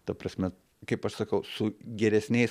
ta prasme kaip aš sakau su geresniais